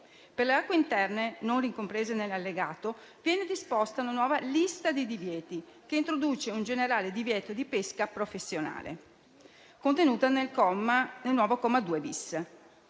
Per le acque interne non ricomprese nell'allegato viene disposta una nuova lista di divieti, che introduce un generale divieto di pesca professionale, contenuta nel nuovo comma 2-*bis.*